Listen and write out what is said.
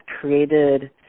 created